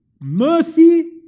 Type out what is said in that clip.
mercy